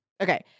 Okay